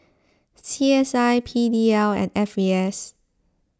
C S I P D L and F A S